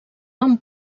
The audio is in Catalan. nom